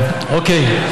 אוקיי.